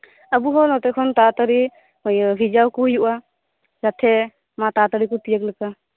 ᱟᱵᱩ ᱦᱚᱸ ᱱᱚᱛᱮ ᱠᱷᱚᱱ ᱛᱟᱲᱟᱛᱟᱹᱲᱤ ᱵᱷᱮᱡᱟᱣᱟᱠᱩ ᱦᱩᱭᱩᱜᱼᱟ ᱡᱟᱛᱮ ᱛᱟᱲᱟᱛᱟᱹᱲᱤᱠᱩ ᱛᱤᱭᱟᱹᱜ ᱞᱮᱠᱟ